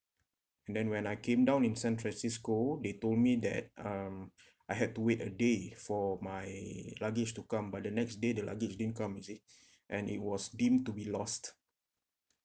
and then when I came down in san francisco they told me that um I had to wait a day it for my luggage to come but the next day the luggage didn't come you see and it was deemed to be lost